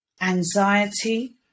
anxiety